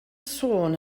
sôn